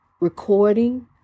recording